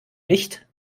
nicht